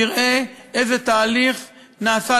תראה איזה תהליך נעשה,